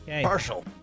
Partial